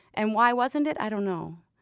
and why wasn't it? i don't know.